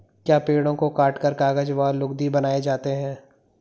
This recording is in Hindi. क्या पेड़ों को काटकर कागज व लुगदी बनाए जाते हैं?